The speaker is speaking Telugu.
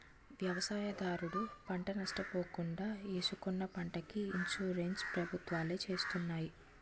వ్యవసాయదారుడు పంట నష్ట పోకుండా ఏసుకున్న పంటకి ఇన్సూరెన్స్ ప్రభుత్వాలే చేస్తున్నాయి